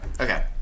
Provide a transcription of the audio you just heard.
Okay